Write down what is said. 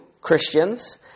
Christians